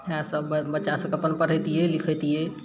इएहे सभ बऽ बच्चा सभके अपन पढ़यतियै लिखयतियै